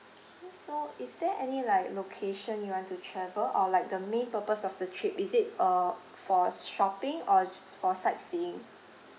K so is there any like location you want to travel or like the main purpose of the trip is it uh for shopping or ju~ for sightseeing